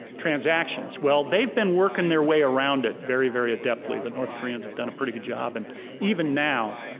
transactions. well they've been working their way around it very, very adeptly, the north koreans have done a pretty good job and even now,